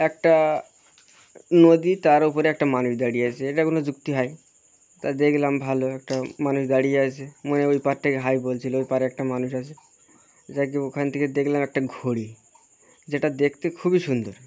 একটা নদী তার ওপরে একটা মানুষ দাঁড়িয়ে আছে এটার কোনও যুক্তি হয় তা দেখলাম ভালো একটা মানুষ দাঁড়িয়ে আছে মনে ওই পার থেকে হাই বলছিলো ওই পারে একটা মানুষ আছে যাকে ওখান থেকে দেখলাম একটা ঘড়ি যেটা দেখতে খুবই সুন্দর